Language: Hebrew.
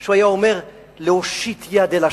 שהוא היה אומר להושיט יד אל השכן,